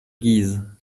guise